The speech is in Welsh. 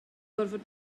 gorfod